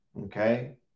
okay